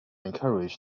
encouraged